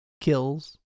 Kills